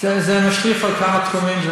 זה משליך על כמה תחומים.